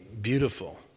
beautiful